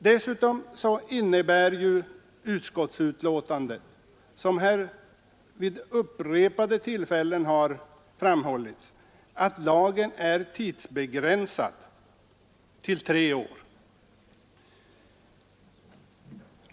Dessutom innebär utskottsbetänkandet, som här vid upprepade tillfällen har framhållits, att lagen är tidsbegränsad till tre år.